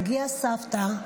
תגיע הסבתא,